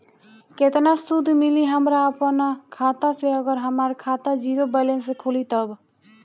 केतना सूद मिली हमरा अपना खाता से अगर हमार खाता ज़ीरो बैलेंस से खुली तब?